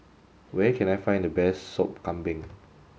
where can I find the best Sop Kambing